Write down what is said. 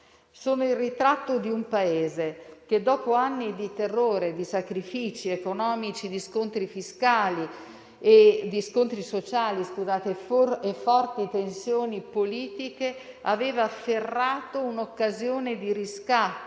Sono il ritratto di un Paese che, dopo anni di terrore, di sacrifici economici, di scontri sociali e forti tensioni politiche, aveva afferrato un'occasione di riscatto,